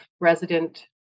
resident